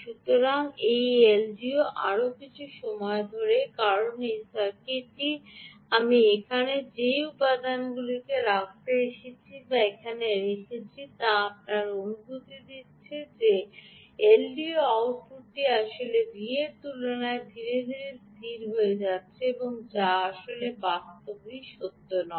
সুতরাং এই এলডিও আরও কিছুটা সময় নিয়েছে কারণ যে সার্কিটটি আমি এখানে যে উপাদানগুলি রেখেছি তা এখানে রেখেছি যা আপনাকে অনুভূতি দিচ্ছে যে এলডিও আউটপুটটি আসল V এর তুলনায় ধীরে ধীরে স্থির হয়ে যাচ্ছে যা আসলে আছে বাস্তবতা সত্য নয়